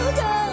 go